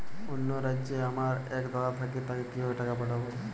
অন্য রাজ্যে আমার এক দাদা থাকে তাকে কিভাবে টাকা পাঠাবো?